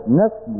next